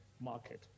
market